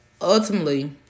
Ultimately